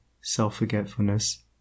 self-forgetfulness